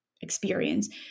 experience